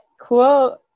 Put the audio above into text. cool